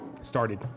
started